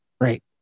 right